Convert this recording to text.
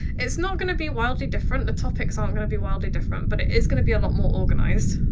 it's not gonna be wildly different. the topics aren't gonna be wildly different. but it is gonna be a lot more organized.